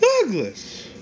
Douglas